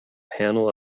panel